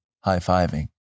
high-fiving